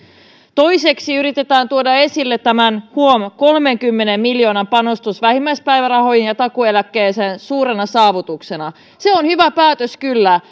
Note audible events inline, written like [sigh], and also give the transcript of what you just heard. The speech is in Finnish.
toiseksi yritetään tuoda esille tämä huom kolmenkymmenen miljoonan panostus vähimmäispäivärahoihin ja takuueläkkeeseen suurena saavutuksena se on hyvä päätös kyllä [unintelligible]